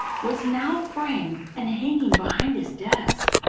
was now framed and hanging behind his desk.